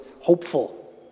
hopeful